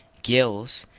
gills,